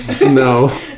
No